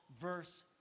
verse